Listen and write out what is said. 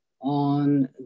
on